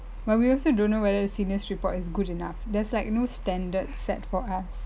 but we also don't know whether the seniors' report is good enough there's like no standard set for us